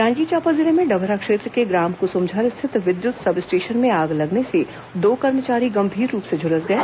जांजगीर चांपा जिले में डभरा क्षेत्र के ग्राम कुसुमझर स्थित विद्युत सब स्टेशन में आग लगने से दो कर्मचारी गंभीर रूप से झुलस गए